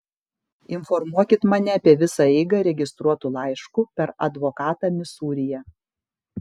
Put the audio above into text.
informuokit mane apie visą eigą registruotu laišku per advokatą misūryje